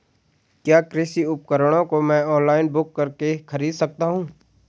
क्या कृषि उपकरणों को मैं ऑनलाइन बुक करके खरीद सकता हूँ?